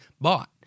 bought